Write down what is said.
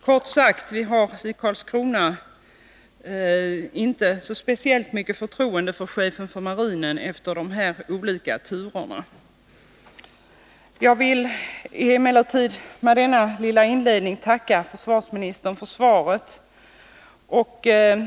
Kort sagt: Vi har i Karlskrona inte speciellt mycket förtroende för chefen för marinen efter dessa olika turer. Jag vill med denna lilla inledning tacka försvarsministern för svaret.